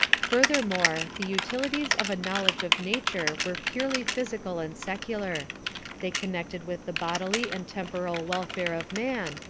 furthermore, the utilities of a knowledge of nature were purely physical and secular they connected with the bodily and temporal welfare of man,